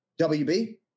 WB